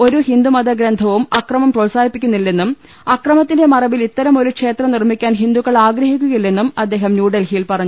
ഒരു ഹിന്ദുമത ഗ്രന്ഥവും അക്രമം പ്രോത്സാഹിപ്പിക്കു ന്നില്ലെന്നും അക്രമത്തിന്റെ മറവിൽ ഇത്തരം ഒരു ക്ഷേത്രം നിർമ്മിക്കാൻ ഹിന്ദുക്കൾ ആഗ്രഹിക്കുകയി ല്ലെന്നും അദ്ദേഹം ന്യൂഡൽഹിയിൽ പറഞ്ഞു